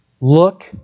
Look